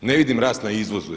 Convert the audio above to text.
Ne vidim rast na izrazu.